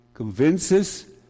convinces